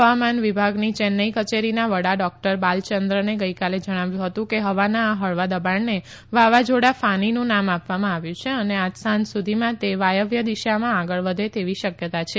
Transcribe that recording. હવામાન વિભાગની ચેન્નાઈ કચેરીના વડા ડોકટર બાલયંદ્રને ગઈકાલે જણાવ્યું હતું કે હવાના આ હળવા દબાણને વાવાઝોડા ફાનીનું નામ આપવમાં આવ્યું છે અને આજ સાંજ સુધીમાં તે વાયવ્ય દિશામાં આગળ વધે તેવી શકયતા છે